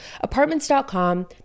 Apartments.com